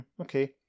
okay